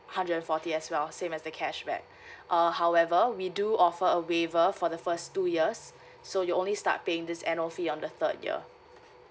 hundred and forty as well same as the cashback uh however we do offer a waiver for the first two years so you only start paying this annual fee on the third year